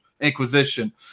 inquisition